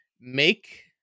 make